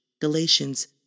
Galatians